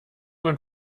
und